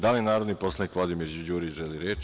Da li narodni poslanik Vladimir Đurić želi reč?